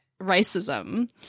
racism